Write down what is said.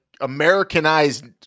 Americanized